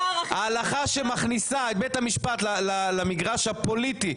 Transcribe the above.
ההלכה שמכניסה את בית המשפט למגרש הפוליטי,